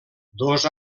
dos